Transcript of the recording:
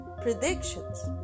predictions